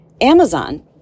Amazon